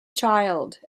child